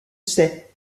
sais